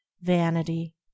vanity